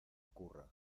ocurra